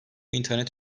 i̇nternet